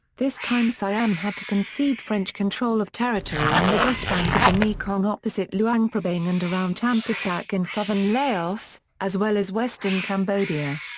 this time siam had to concede french control of territory on the west bank of the mekong opposite luang prabang and around champasak in southern laos, as well as western cambodia.